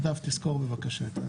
נדב, תסקור בבקשה.